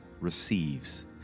receives